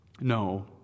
No